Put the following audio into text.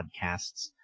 podcasts